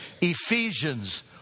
Ephesians